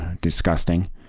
disgusting